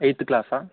eighth క్లాసా